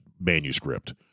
manuscript